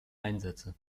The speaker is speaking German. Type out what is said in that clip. einsätze